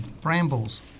Brambles